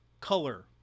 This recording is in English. color